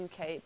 UK